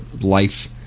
life